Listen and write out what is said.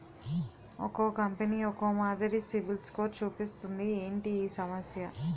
ఒక్కో కంపెనీ ఒక్కో మాదిరి సిబిల్ స్కోర్ చూపిస్తుంది ఏంటి ఈ సమస్య?